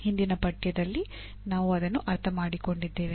ಹಿಂದಿನ ಪಠ್ಯದಲ್ಲಿ ನಾವು ಅದನ್ನು ಅರ್ಥಮಾಡಿಕೊಂಡಿದ್ದೇವೆ